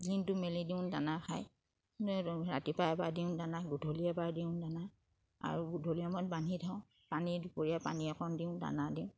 দিনটো মেলি দিওঁ দানা খাই ৰাতিপুৱা এবাৰ দিওঁ দানা গধূলি এবাৰ দিওঁ দানা আৰু গধূলি সময়ত বান্ধি থওঁ পানী দুপৰীয়া পানী অকণ দিওঁ দানা দিওঁ